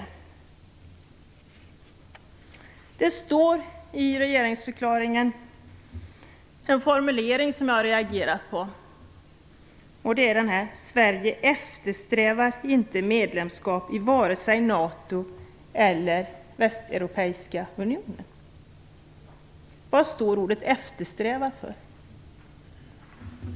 I regeringens utrikespolitiska redovisning finns en formulering som jag har reagerat på: "Sverige eftersträvar inte medlemskap i vare sig NATO eller Västeuropeiska unionen, VEU." Vad står ordet eftersträvar för?